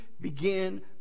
begin